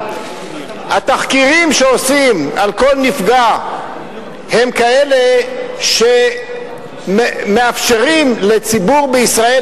התחקירים שעושים על כל נפגע הם כאלה שמאפשרים לציבור בישראל